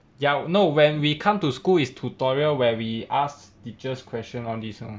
ya no when we come to school is tutorial where we ask teachers question all these [one]